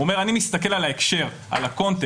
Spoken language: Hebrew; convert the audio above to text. הוא אומר, אני מסתכל על ההקשר, על הקונטקסט.